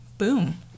boom